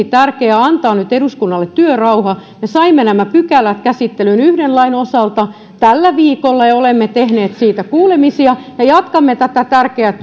tärkeää antaa nyt eduskunnalle työrauha me saimme nämä pykälät käsittelyyn yhden lain osalta tällä viikolla ja olemme tehneet siitä kuulemisia ja jatkamme tätä tärkeää